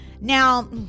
now